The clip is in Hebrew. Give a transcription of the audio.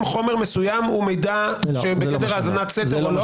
חומר מסוים הוא מידע שהוא בגדר האזנת סתר או לא?